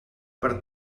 per